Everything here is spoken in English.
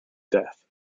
death